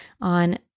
on